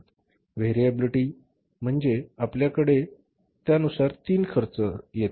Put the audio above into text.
variability variability म्हणजे आपल्याकडे variability नुसार तीन खर्च असतात